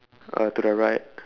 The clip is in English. uh to the right